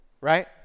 right